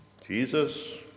Jesus